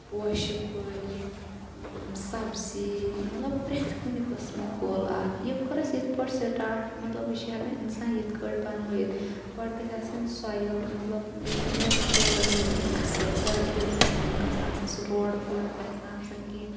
پوشہِ کُلۍ سَبزی مطلب پرٮ۪تھ کُنہِ قٕسمُک کُل اَکھ یہِ کٔر اَسہِ یِتھ پٲٹھۍ سِٹاٹ مطلب یہِ چھِ ہیکان اِنسان یِتھ کٲٹھۍ بَنٲیِتھ گۄڈٕ گَژھِ آسٕنۍ سۄیِل مطلب یۄس میٚژ چھِ سۄ گٔژھ آسٕنۍ اصل زرخیز زٔمیٖن گَژھ آسٕنۍ سۄ روڑٕ ووڑٕ گَژھِ نہٕ آسٕنۍ کیٚنٛہہ